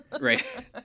right